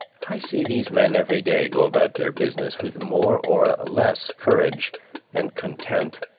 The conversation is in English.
i see these men every day go about their business with more or less courage and content,